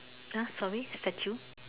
!huh! sorry statue